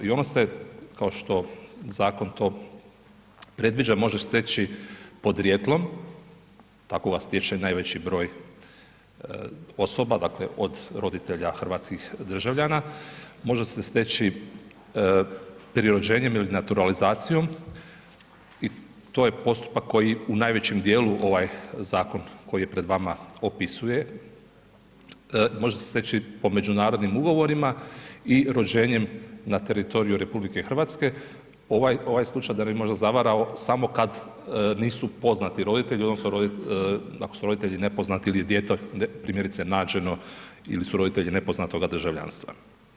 I ono se kao što zakon to predviđa može steći podrijetlom, tako ga stječe najveći broj osoba, dakle od roditelja hrvatskih državljana, može se steći prirođenjem ili naturalizacijom i to je postupak koji u najvećem dijelu ovaj zakon koji je pred vama opisuje, može se steći po međunarodnim ugovorima i rođenjem na teritoriju RH, ovaj slučaj da ne bi možda zavarao samo kad nisu poznati roditelji odnosno ako su roditelji nepoznati ili je dijete primjerice nađeno ili su roditelji nepoznatoga državljanstva.